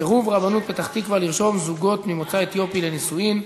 סירוב רבנות פתח-תקווה לרשום זוגות ממוצא אתיופי לנישואין,